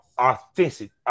authentic